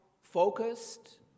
focused